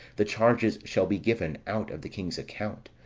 the charges shall be given out of the king's account,